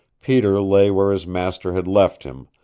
peter lay where his master had left him,